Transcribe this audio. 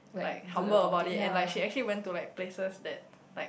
like humble about it and like she actually went to like places that like